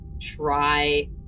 try